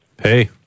Hey